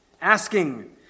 asking